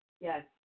Yes